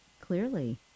Clearly